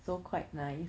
so quite nice